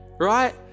right